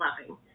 loving